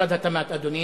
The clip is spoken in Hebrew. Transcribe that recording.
במשרד התמ"ת, אדוני.